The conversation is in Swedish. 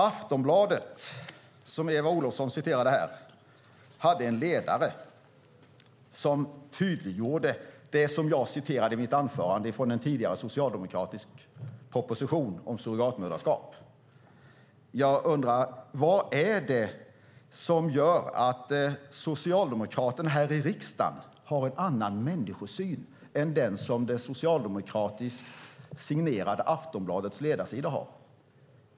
Aftonbladet, som Eva Olofsson citerade, hade en ledare som tydliggjorde det jag citerade i mitt anförande från en tidigare socialdemokratisk proposition om surrogatmoderskap. Jag undrar: Vad är det som gör att Socialdemokraterna här i riksdagen har en annan människosyn än den som det socialdemokratiskt signerade Aftonbladets ledarsida har?